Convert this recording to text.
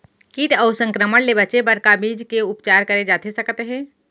किट अऊ संक्रमण ले बचे बर का बीज के उपचार करे जाथे सकत हे?